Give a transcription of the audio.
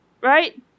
right